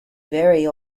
very